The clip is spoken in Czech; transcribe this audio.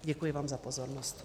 Děkuji za pozornost.